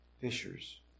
fishers